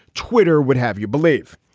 twitter would have you believe.